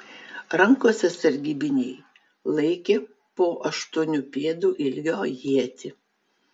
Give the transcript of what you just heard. rankose sargybiniai laikė po aštuonių pėdų ilgio ietį